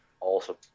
awesome